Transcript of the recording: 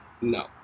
No